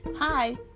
Hi